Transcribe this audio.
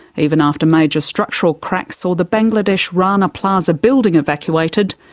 even after major structural cracks saw the bangladesh rana plaza building evacuated,